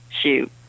Shoot